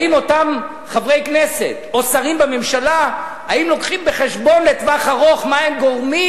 האם אותם חברי כנסת או שרים בממשלה מביאים בחשבון מה הם גורמים,